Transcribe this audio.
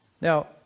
Now